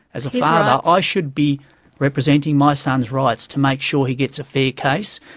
as a father, i should be representing my son's rights to make sure he gets a fair case,